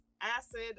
acid